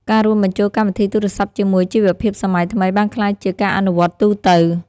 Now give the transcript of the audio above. ការរួមបញ្ចូលកម្មវិធីទូរសព្ទជាមួយជីវភាពសម័យថ្មី បានក្លាយជាការអនុវត្តទូទៅ។